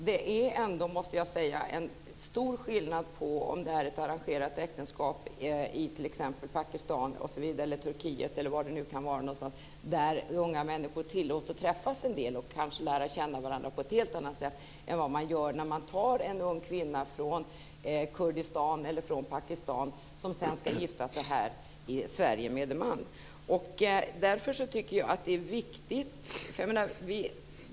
Det är ändå, måste jag säga, stor skillnad mellan ett arrangerat äktenskap i t.ex. Pakistan eller Turkiet, där unga människor tillåts att träffas en del och kanske lära känna varandra, och att ta en ung kvinna från Kurdistan eller från Pakistan som ska gifta sig med en man i Sverige.